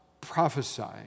prophesying